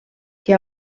que